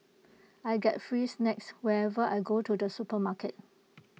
I get free snacks whenever I go to the supermarket